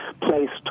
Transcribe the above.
placed